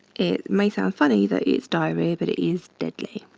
it may sound funny that its diarrhea but it is deadly.